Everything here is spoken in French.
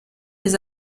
des